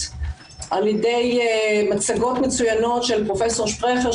על ידי מצגות מצוינות של פרופ' שפרכר,